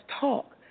talk